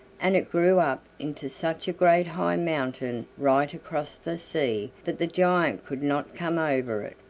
and it grew up into such a great high mountain right across the sea that the giant could not come over it,